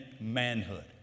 manhood